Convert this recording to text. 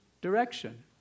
direction